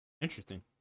Interesting